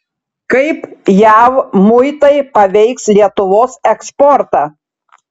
kaip jav muitai paveiks lietuvos eksportą